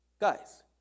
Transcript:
Guys